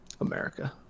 America